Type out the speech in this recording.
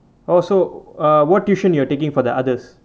oh so uh what tuition you are taking for the others